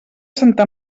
santa